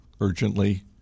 urgently